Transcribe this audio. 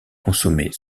consommer